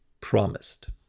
Promised